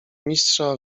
mistrza